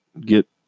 Get